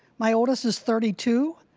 my oldest is thirty two,